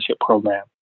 program